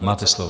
Máte slovo.